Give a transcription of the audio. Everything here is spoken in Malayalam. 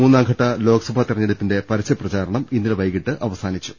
മൂന്നാംഘട്ട ലോക്സഭാ തെരഞ്ഞെടുപ്പിന്റെ പരസ്യപ്രചാരണം ഇന്നലെ വൈകിട്ട് അവസാനിച്ചു